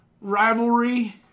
rivalry